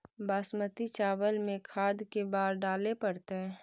बासमती चावल में खाद के बार डाले पड़तै?